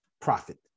profit